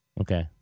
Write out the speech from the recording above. Okay